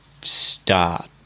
start